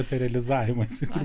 apie realizavimą jisai turbūt